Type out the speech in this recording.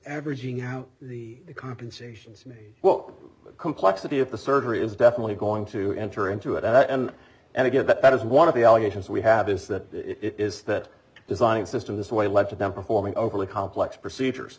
averaging out the compensations me well the complexity of the surgery is definitely going to enter into it and and again that is one of the allegations we have is that it is that design system this way lead to them performing overly complex procedures